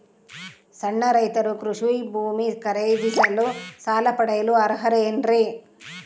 ಸಣ್ಣ ರೈತರು ಕೃಷಿ ಭೂಮಿ ಖರೇದಿಸಲು ಸಾಲ ಪಡೆಯಲು ಅರ್ಹರೇನ್ರಿ?